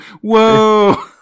Whoa